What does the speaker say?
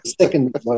Second